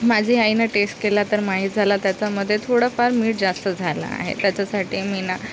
माझी आईनं टेस्ट केला तर माहित झालं त्याच्यामध्ये थोडंफार मीठ जास्त झालं आहे त्याच्यासाठी मी ना